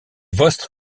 vostre